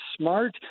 smart